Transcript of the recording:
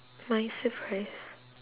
my surprise